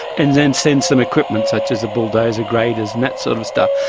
and then send some equipment such as a bulldozer, graders and that sort of stuff.